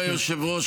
אדוני היושב-ראש,